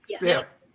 yes